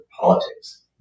politics